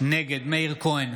נגד מאיר כהן,